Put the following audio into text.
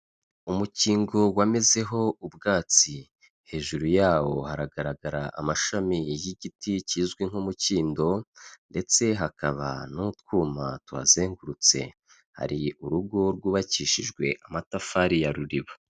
Umukingo wamezeho ubwatsi. Hejuru yawo haragaragara amashami y'igiti kizwi nk'umukindo, ndetse hakaba n'utwuma tuhazengurutse. Hari urugo rwubakishijwe amatafari ya ruriba.